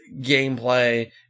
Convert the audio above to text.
gameplay